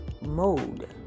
mode